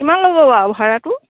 কিমান ল'ব বাৰু ভাড়াটো